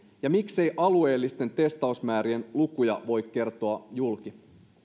ja miksei alueellisten testausmäärien lukuja voi kertoa julki arvoisa